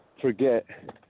forget